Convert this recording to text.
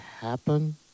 happen